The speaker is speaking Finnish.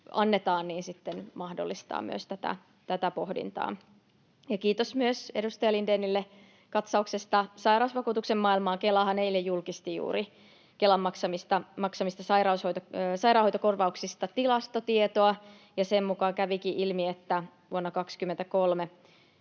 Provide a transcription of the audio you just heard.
sitten mahdollistaa myös tätä pohdintaa. Kiitos myös edustaja Lindénille katsauksesta sairausvakuutuksen maailmaan. Kelahan eilen julkisti juuri Kelan maksamista sairaanhoitokorvauksista tilastotietoa, ja siitä kävikin ilmi, että vuonna 23